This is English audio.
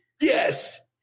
Yes